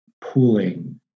pooling